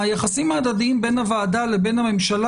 היחסים ההדדיים בין הוועדה לבין הממשלה